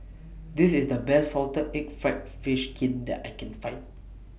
This IS The Best Salted Egg Fried Fish Skin that I Can Find